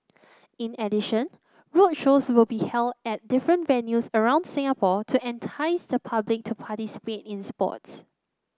in addition roadshows will be held at different venues around Singapore to entice the public to participate in sports